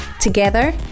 Together